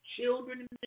children